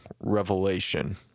revelation